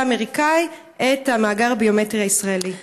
האמריקני את המאגר הביומטרי הישראלי?